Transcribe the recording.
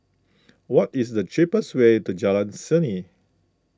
what is the cheapest way to Jalan Seni